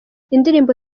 indirimbo